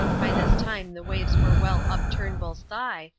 by this time the waves were well up turnbull's thigh,